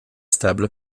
stable